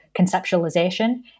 conceptualization